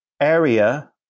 area